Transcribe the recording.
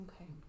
Okay